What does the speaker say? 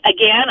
Again